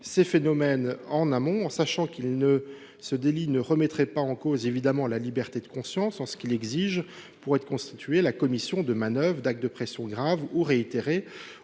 ces phénomènes en amont, d’autant que ce délit ne remettrait pas en cause la liberté de conscience. En effet, il exige, pour être constitué, la commission de manœuvres, d’actes de pression graves ou réitérés